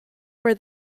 for